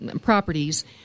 properties